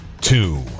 two